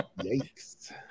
Yikes